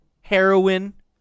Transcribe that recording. Heroin